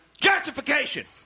Justification